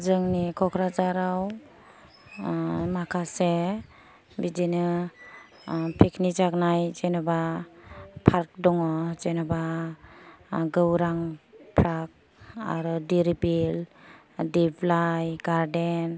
जोंनि क'क्राझाराव माखासे बिदिनो पिकनिक जानाय जेन'बा पार्क दङ जेन'बा गौरां पार्क आरो दिरबिल दिब्लाइ गारदेन